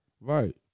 right